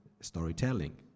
storytelling